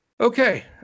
Okay